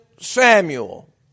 Samuel